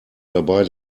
dabei